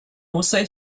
also